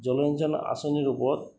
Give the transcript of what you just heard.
জলসিঞ্চন আঁচনিৰ ওপৰত